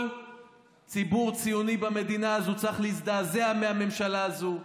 כל ציבור ציוני במדינה הזאת צריך להזדעזע מהממשלה הזאת,